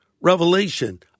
Revelation